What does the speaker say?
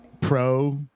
pro